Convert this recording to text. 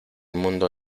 mundo